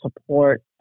support